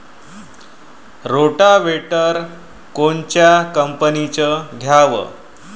Rotavator कोनच्या कंपनीचं घ्यावं?